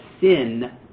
sin